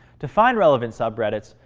to find relevant subreddits,